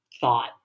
thought